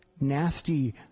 nasty